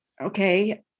okay